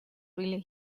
really